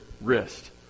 wrist